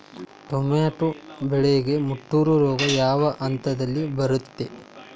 Tomato ಬೆಳೆಗೆ ಮುಟೂರು ರೋಗ ಯಾವ ಹಂತದಲ್ಲಿ ಬರುತ್ತೆ?